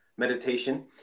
meditation